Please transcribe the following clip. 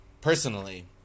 personally